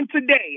today